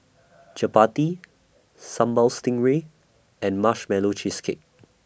Chappati Sambal Stingray and Marshmallow Cheesecake